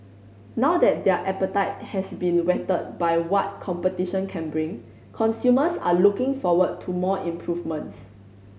now that their appetite has been whetted by what competition can bring consumers are looking forward to more improvements